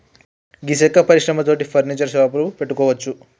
గీ సెక్క పరిశ్రమ తోటి ఫర్నీచర్ షాపులు పెట్టుకోవచ్చు